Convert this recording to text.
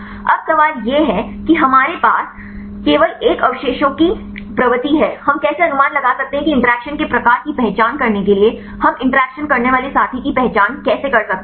अब सवाल यह है कि हमारे पास केवल एक अवशेषों की प्रवृत्ति है हम कैसे अनुमान लगा सकते हैं कि इंटरैक्शन के प्रकार की पहचान करने के लिए हम इंटरैक्शन करने वाले साथी की पहचान कैसे कर सकते हैं